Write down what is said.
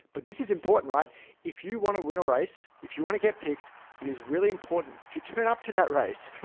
but this is important. if you want to win a race, if you want to get picked, it is really important to turn up to that race, right?